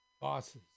bosses